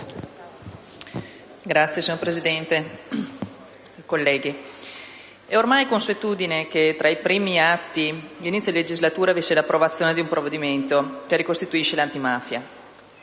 Signor Presidente, colleghi, è ormai consuetudine che tra i primi atti di inizio legislatura vi sia l'approvazione di un provvedimento che ricostituisce l'Antimafia.